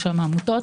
העמותות,